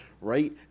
Right